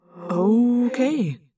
Okay